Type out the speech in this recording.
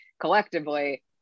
collectively